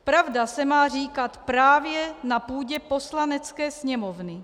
Pravda se má říkat právě na půdě Poslanecké sněmovny.